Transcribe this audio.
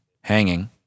hanging